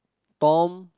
Tom